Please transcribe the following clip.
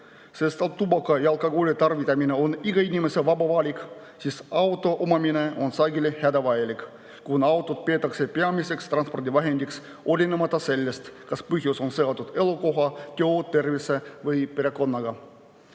sest tubaka ja alkoholi tarvitamine on iga inimese vaba valik, aga auto omamine on sageli hädavajalik. Autot peetakse tihti peamiseks transpordivahendiks, olenemata sellest, kas põhjus on seotud elukoha, töö, tervise või perekonnaga.